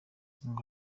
ngo